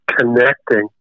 connecting